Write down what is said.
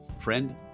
Friend